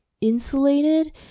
insulated